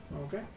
Okay